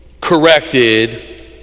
corrected